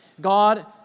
God